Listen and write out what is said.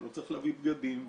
לא צריך להביא בגדים,